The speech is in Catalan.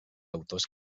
autors